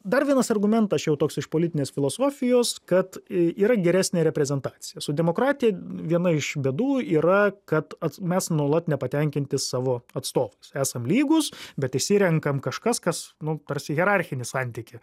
dar vienas argumentas čia jau toks iš politinės filosofijos kad yra geresnė reprezentacija su demokratija viena iš bėdų yra kad mes nuolat nepatenkinti savo atstovu esam lygūs bet išsirenkam kažkas kas nu tarsi hierarchinį santykį